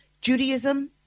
Judaism